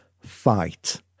fight